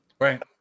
right